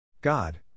God